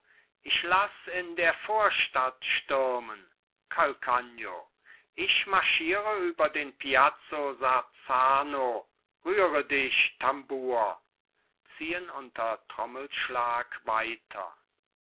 ich laß in der vorstadt stürmen calcagno ich marschiere über den piazzo sarzano rühre dich tambour ziehen unter trommelschlag weiter